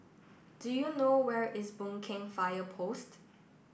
do you know where is Boon Keng Fire Post